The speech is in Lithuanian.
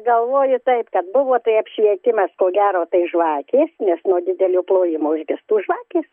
galvoju taip kad buvo tai apšvietimas ko gero tai žvakės nes nuo didelių plojimų užgestų žvakės